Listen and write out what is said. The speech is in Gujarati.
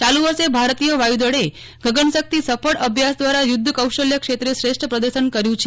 ચાલુ વર્ષે ભારતીય વાયુદળે ગગનશક્તિ સફળ અભ્યાસ દ્વારા યુદ્ધ કૌશલ્ય ક્ષેત્રે શ્રેષ્ઠ પ્રદર્શન કર્યું છે